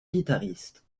guitaristes